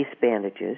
bandages